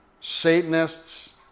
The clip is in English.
Satanists